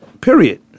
Period